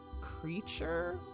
creature